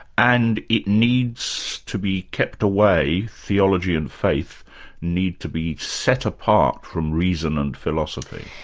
and it needs to be kept away, theology and faith need to be set apart from reason and philosophy.